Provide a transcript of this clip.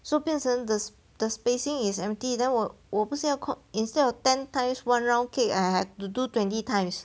so 变成 the the spacing is empty then 我我不是要 cook instead of ten times one round cake I have to do twenty times